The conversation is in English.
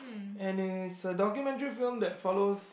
and is a documentary film that follows